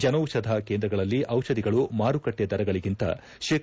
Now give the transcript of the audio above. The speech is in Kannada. ಜನೌಷಧ ಕೇಂದ್ರಗಳಲ್ಲಿ ದಿಷಧಿಗಳು ಮಾರುಕಟ್ಟೆ ದರಗಳಿಗಿಂತ ತೇ